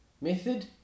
method